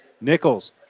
Nichols